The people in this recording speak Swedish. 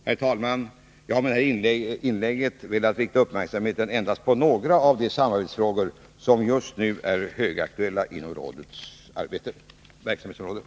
Herr talman! Jag har med detta inlägg velat rikta uppmärksamheten endast på några av de samarbetsfrågor som just nu är högaktuella inom rådets verksamhetsområde.